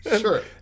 Sure